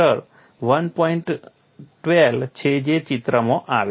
12 છે જે ચિત્રમાં આવે છે